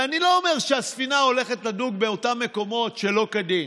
ואני לא אומר שהספינה הולכת לדוג באותם מקומות שלא כדין